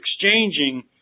exchanging